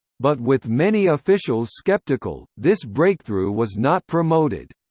but with many officials skeptical, this breakthrough was not promoted.